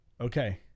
Okay